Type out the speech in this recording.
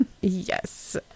Yes